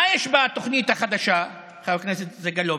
מה יש בתוכנית החדשה, חבר הכנסת סגלוביץ'?